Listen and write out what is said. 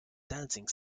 dancing